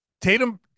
Tatum